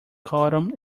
cotton